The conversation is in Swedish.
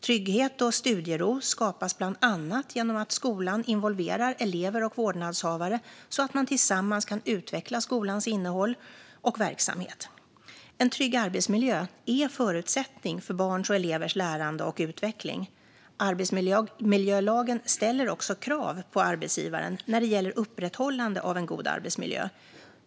Trygghet och studiero skapas bland annat genom att skolan involverar elever och vårdnadshavare så att man tillsammans kan utveckla skolans innehåll och verksamhet. En trygg arbetsmiljö är en förutsättning för barns och elevers lärande och utveckling. Arbetsmiljölagen ställer också krav på arbetsgivaren när det gäller upprätthållande av en god arbetsmiljö.